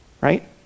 right